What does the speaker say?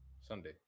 sunday